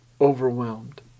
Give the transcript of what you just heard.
overwhelmed